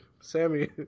Sammy